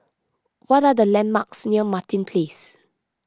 what are the landmarks near Martin Place